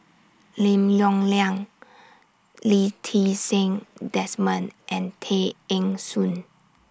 Lim Yong Liang Lee Ti Seng Desmond and Tay Eng Soon